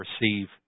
receive